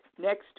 next